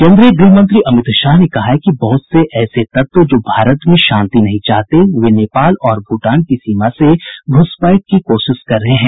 केन्द्रीय गुहमंत्री अमित शाह ने कहा है कि बहत से ऐसे तत्व जो भारत में शांति नहीं चाहते वे नेपाल और भूटान की सीमा से घ्रसपैठ की कोशिश कर रहे हैं